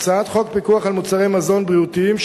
הצעת חוק פיקוח על מחירי מזון גולמיים,